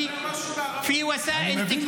הוא אומר משהו בערבית.